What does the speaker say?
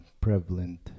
prevalent